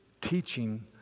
teaching